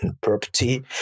Property